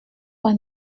pas